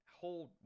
hold